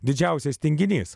didžiausias tinginys